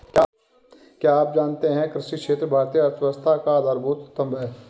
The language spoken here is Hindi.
क्या आप जानते है कृषि क्षेत्र भारतीय अर्थव्यवस्था का आधारभूत स्तंभ है?